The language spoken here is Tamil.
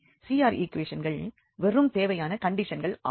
CR ஈக்குவேஷன்கள் வெறும் தேவையான கண்டிஷன்கள் ஆகும்